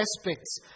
aspects